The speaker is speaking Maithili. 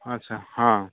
अच्छा हाँ